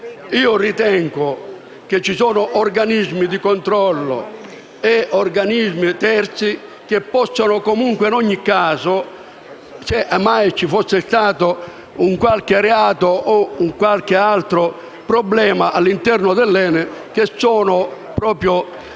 Io ritengo che ci siano organismi di controllo ed organismi terzi che, in ogni caso, se mai ci fosse stato qualche reato o qualche altro problema all'interno dell'ENI, sono deputati